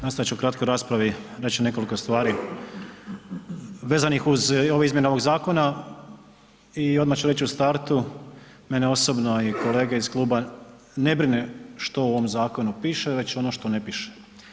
Nastojati ću u kratkoj raspravi reći nekoliko stvari vezanih uz ove izmjene ovog zakona i odmah ću reći u startu mene osobno i kolege iz kluba ne brine što u ovom zakonu piše, već ono što ne piše.